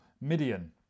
Midian